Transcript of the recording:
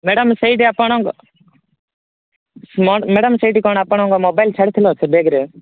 madam ସେଇଠି ଆପଣ madam ସେଇଠି କ'ଣ ଆପଣଙ୍କ ମୋବାଇଲ୍ ଛାଡ଼ିଥିଲ ସେ ବ୍ୟାଗ୍ରେ